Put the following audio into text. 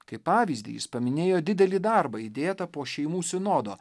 kaip pavyzdį jis paminėjo didelį darbą įdėtą po šeimų sinodo